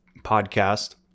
podcast